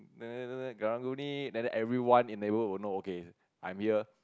then after that karang-guni and everyone in they would know okay I am here